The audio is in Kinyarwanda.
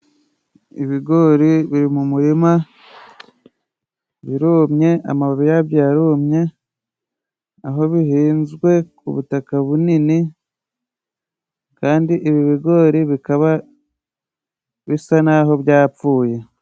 Ibigori biri mu umurima, birumye, amababi ya byo yarumye, aho bihinzwe ku butaka bunini kandi ibi bigori, bikaba bisa naho byapfuye.